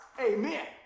Amen